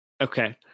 okay